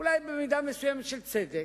אולי במידה מסוימת של צדק,